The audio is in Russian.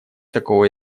такого